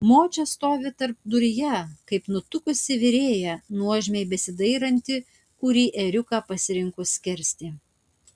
močia stovi tarpduryje kaip nutuksi virėja nuožmiai besidairanti kurį ėriuką pasirinkus skersti